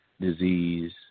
disease